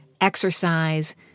exercise